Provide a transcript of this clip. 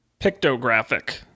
pictographic